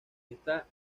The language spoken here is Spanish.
ésta